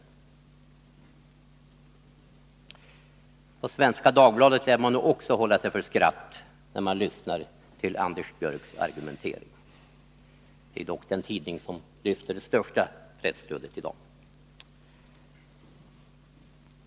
På Svenska Dagbladet lär man också hålla sig för skratt när man lyssnar till Anders Björcks argumentering. Svenska Dagbladet är ju den tidning som lyfter det största presstödet i dag.